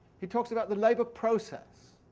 he talks about the labour process.